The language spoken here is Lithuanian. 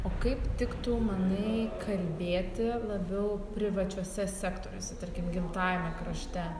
o kaip tiktų manai kalbėti labiau privačiuose sektoriuose tarkim gimtajame krašte